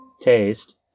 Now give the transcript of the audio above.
taste